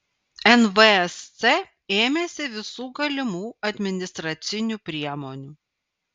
nvsc ėmėsi visų galimų administracinių priemonių